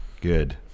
Good